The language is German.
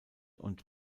und